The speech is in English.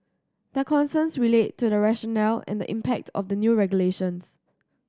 their concerns relate to the rationale and the impact of the new regulations